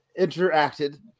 interacted